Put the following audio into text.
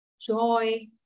joy